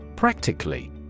Practically